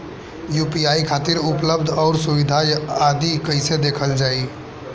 UPI खातिर उपलब्ध आउर सुविधा आदि कइसे देखल जाइ?